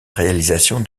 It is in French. réalisation